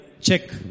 check